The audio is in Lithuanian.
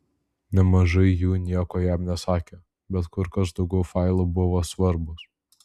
nemažai jų nieko jam nesakė bet kur kas daugiau failų buvo svarbūs